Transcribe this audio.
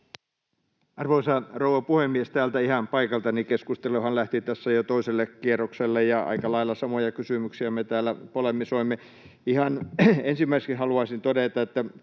Arvoisa rouva puhemies! Täältä ihan paikaltani — keskusteluhan lähti tässä jo toiselle kierrokselle, ja aika lailla samoja kysymyksiä me täällä polemisoimme. Ihan ensimmäiseksi haluaisin todeta,